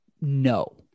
No